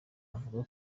avuga